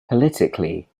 politically